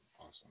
awesome